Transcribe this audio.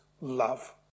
love